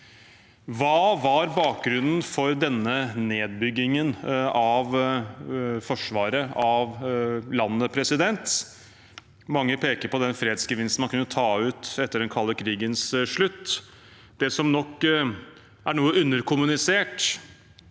Hva var bakgrunnen for denne nedbyggingen av forsvaret av landet? Mange peker på den fredsgevinsten man kunne ta ut etter den kalde krigens slutt. Det som nok er noe underkommunisert,